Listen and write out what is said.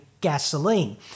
gasoline